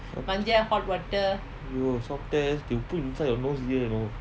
swab test they'll put inside your nose there you know